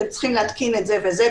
אתם צריכים להתקין זה וזה,